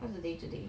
what's the day today